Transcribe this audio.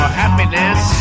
happiness